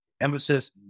emphasis